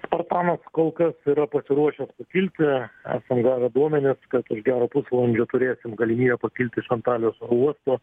spartanas kol kas yra pasiruošęs pakilti esam gavę duomenis kad už gero pusvalandžio turėsim galimybę pakilti iš antalijos oro uosto